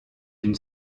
une